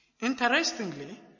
Interestingly